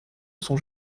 sont